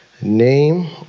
name